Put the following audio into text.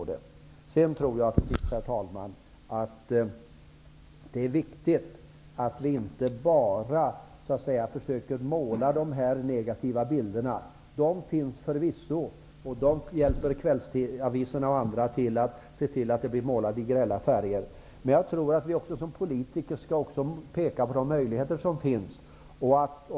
Till sist, herr talman, vill jag säga att det är viktigt att vi försöker att inte bara måla upp de negativa bilderna. De finns förvisso, och kvällsavisorna och andra hjälper till att måla dem i grälla färger, men jag menar att vi som politiker också skall peka på de möjligheter som finns.